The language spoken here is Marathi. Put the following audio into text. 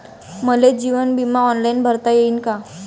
मले जीवन बिमा ऑनलाईन भरता येईन का?